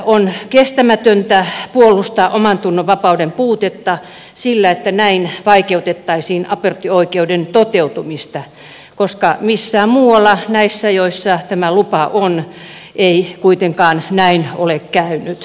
on kestämätöntä puolustaa omantunnon vapauden puutetta sillä että näin vaikeutettaisiin aborttioikeuden toteutumista koska missään muualla näissä joissa tämä lupa on ei kuitenkaan näin ole käynyt